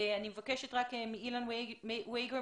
אני מבקשת להעלות את אילן וגנר,